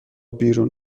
بیرون